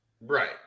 Right